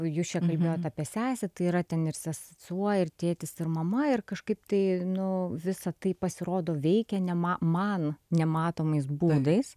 jūs čia kalbėjot apie sesę tai yra ten ir sesuo ir tėtis ir mama ir kažkaip tai nu visą tai pasirodo veikia ne ma man nematomais būdais